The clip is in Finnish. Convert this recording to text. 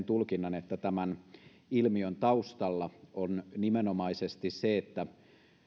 tulkinnan että tämän ilmiön taustalla on nimenomaisesti se että